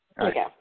Okay